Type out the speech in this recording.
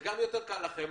זה גם יותר קל לכם,